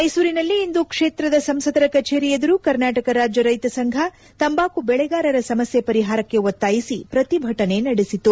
ಮೈಸೂರಿನಲ್ಲಿಂದು ಕ್ಷೇತ್ರದ ಸಂಸದರ ಕಚೇರಿ ಎದುರು ಕರ್ನಾಟಕ ರಾಜ್ಯ ರೈತ ಸಂಫ ತಂಬಾಕು ಬೆಳೆಗಾರರ ಸಮಸ್ಯೆ ಪರಿಹಾರಕ್ಕೆ ಒತ್ತಾಯಿಸಿ ಪ್ರತಿಭಟನೆ ನಡೆಸಿತು